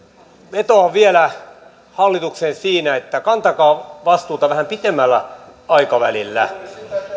vetoan vielä hallitukseen siinä että kantakaa vastuuta vähän pitemmällä aikavälillä